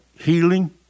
healing